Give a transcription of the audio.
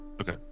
Okay